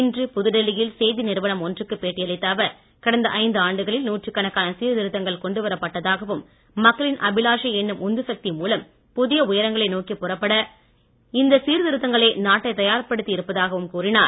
இன்று புது டெல்லியில் செய்தி நிறுவனம் ஒன்றுக்கு பேட்டியளித்த அவர் கடந்த ஜந்து ஆண்டுகளில் நூற்றுக்கணக்கான வரப்பட்டதாகவும் மக்களின் அபிலாஷை என்னும் உந்து சக்தி மூலம் புதிய உயரங்களை நோக்கி புறப்பட இந்த சீர்திருத்தங்களே நாட்டை தயார்படுத்தி இருப்பதாகவும் கூறினார்